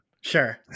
Sure